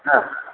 হ্যাঁ হ্যাঁ